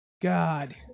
God